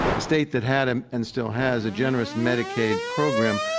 state that had and and still has a generous medicaid program,